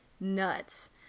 nuts